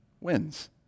wins